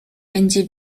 będzie